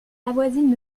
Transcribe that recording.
avoisinent